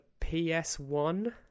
ps1